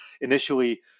initially